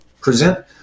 present